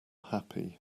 happy